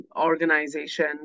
organization